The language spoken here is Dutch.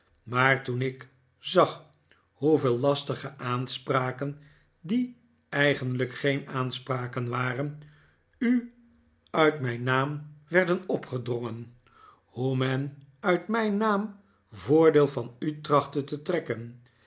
maar toen ik zag hoeveel lastige aanspraken die eigenlijk geen aanspraken waren u uit mijn naam werden opgedrongen hoe men uit mijn naam voordeel van u trachtte te trekken